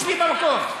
תשבי במקום.